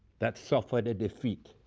that suffered a defeat.